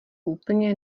úplně